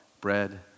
bread